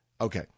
Okay